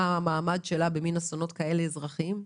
מה המעמד שלה באסונות אזרחיים כאלה.